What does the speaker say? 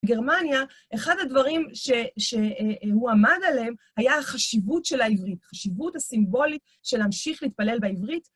בגרמניה אחד הדברים שהוא עמד עליהם היה החשיבות של העברית, החשיבות הסימבולית של להמשיך להתפלל בעברית.